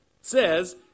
says